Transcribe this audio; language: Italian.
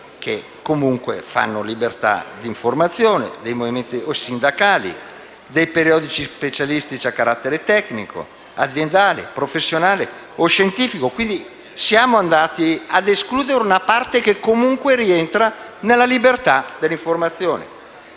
che comunque godono della libertà di informazione - e dei movimenti sindacali, i periodici specialistici a carattere tecnico, aziendale, professionale o scientifico. Siamo andati quindi ad escludere una parte che, comunque, rientra nella libertà dell'informazione.